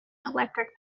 electric